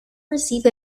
received